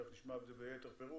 תיכף נשמע את זה ביתר פירוט,